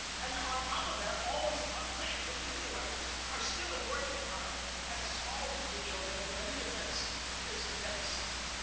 and on top of that, always the proposition that nuclear weapons are still inordinately powerful, and a small leakage of them through any defense is devastating.